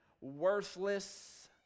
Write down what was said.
worthless